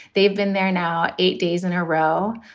they've been there now eight days in a row.